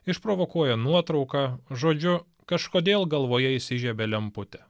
išprovokuoja nuotrauką žodžiu kažkodėl galvoje įsižiebė lemputė